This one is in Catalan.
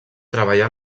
treballà